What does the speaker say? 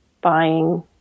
buying